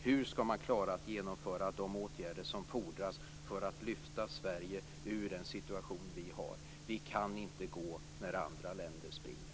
Hur skall man klara att genomföra de åtgärder som fordras för att lyfta Sverige ur den situation som vi befinner oss i? Vi kan inte gå när andra länder springer.